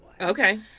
Okay